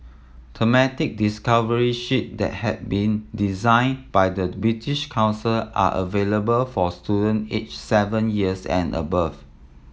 thematic discovery sheets that have been designed by the British Council are available for student aged seven years and above